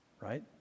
Right